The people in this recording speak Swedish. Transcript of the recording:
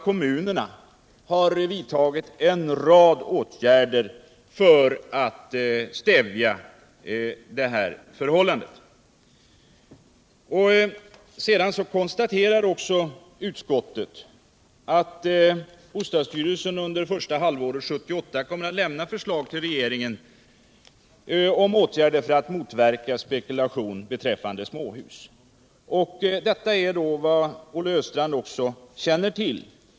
Kommunerna har ju vidtagit en rad åtgärder för att stävja detta. spekulation beträffande småhus. Detta är också vad Olle Östrand känner till.